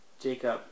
Jacob